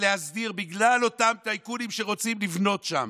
להסדיר בגלל אותם טייקונים שרוצים לבנות שם,